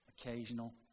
occasional